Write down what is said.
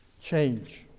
change